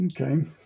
Okay